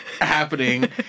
happening